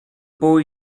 boy